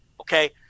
okay